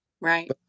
Right